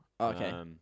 Okay